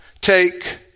take